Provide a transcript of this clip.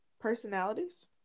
personalities